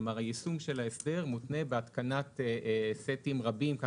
כלומר היישום של ההסדר מותנה בהתקנת סטים רבים של